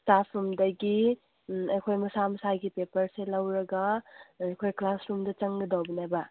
staff ꯔꯨꯝꯗꯒꯤ ꯑꯩꯈꯣꯏ ꯃꯁꯥ ꯃꯁꯥꯒꯤ ꯄꯦꯄꯔꯁꯦ ꯂꯧꯔꯒ ꯑꯩꯈꯣꯏ ꯀ꯭ꯂꯥꯁꯔꯨꯝꯗ ꯆꯪꯒꯗꯧꯕꯅꯦꯕ